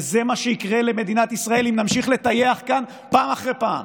וזה מה שיקרה למדינת ישראל אם נמשיך לטייח כאן פעם אחר פעם.